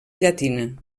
llatina